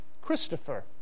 Christopher